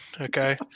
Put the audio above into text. Okay